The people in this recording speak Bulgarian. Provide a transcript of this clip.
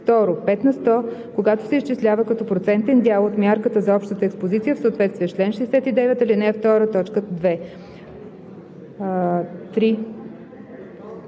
пет на сто, когато се изчислява като процентен дял от мярката за общата експозиция в съответствие с чл. 69, ал. 2, т.